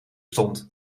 stond